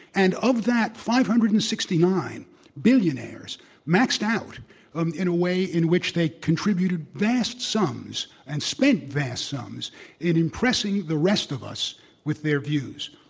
and of that five hundred and sixty nine billionaires maxed out um in a way in which they contributed vast sums and spent vast sums in impressing the rest of us with their views.